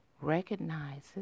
recognizes